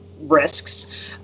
risks